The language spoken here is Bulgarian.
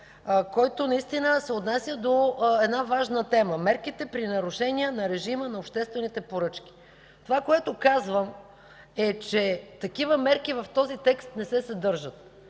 който наистина се отнася до една важна тема – мерките при нарушение на режима на обществените поръчки. Това, което казвам, е, че такива мерки в този текст не се съдържат,